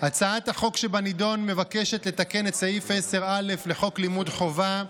הצעת החוק שבנדון מבקשת לתקן את סעיף 10א לחוק לימוד חובה,